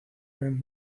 eran